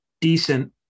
decent